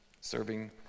serving